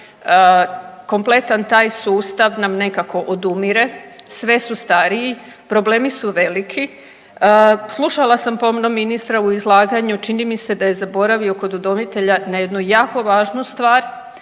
Kompletan taj sustav nam nekako odumire, sve su stariji, problemi su veliki. Slušala sam pomno ministra u izlaganju. Čini mi se da je zaboravio kod udomitelja na jednu jako važnu stvar